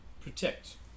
protect